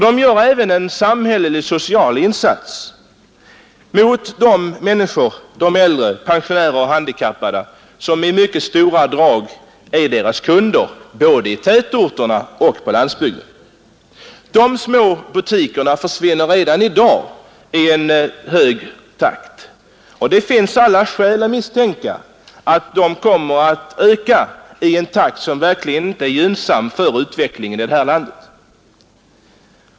De gör även en social insats mot de människor — äldre och handikappade — som till stor del utgör deras kundkrets både i tätorterna och på landsbygden. De små butikerna försvinner redan i dag i hög takt, och det finns alla skäl att misstänka att de i fortsättningen kommer att försvinna i en takt som verkligen inte är gynnsam för utvecklingen här i landet.